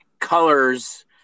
colors